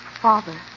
Father